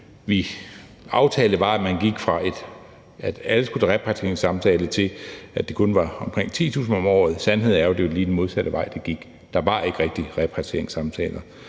vi aftalte, var, at man gik fra, at alle skulle til repatrieringssamtale, og til, at det kun var omkring 10.000 om året. Sandheden er jo, at det var lige den modsatte vej, det gik; der var ikke rigtig repatrieringssamtaler